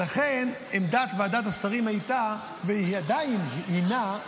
לכן עמדת ועדת השרים הייתה, ועדיין הינה,